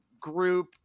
group